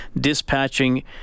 Dispatching